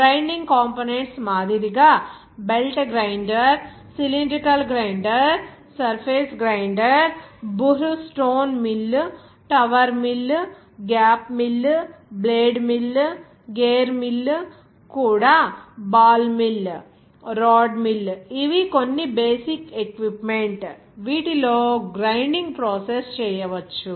grinding components మాదిరిగా belt grinder cylindrical grinder surface grinder buhr stone mill tower mill gap mill blade mill gear mill కూడా ball mill rod mill ఇవి కొన్ని basic equipment వీటి లో grinding process చేయవచ్చు